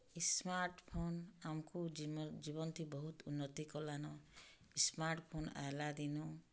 ଇ smartphone ଆମକୁ ଜୀବନ୍ତି ବହୁତ୍ ଉନ୍ନତି କଲାନ ସ୍ମାର୍ଟଫୋନ୍ ଆଏଲା ଦିନୁ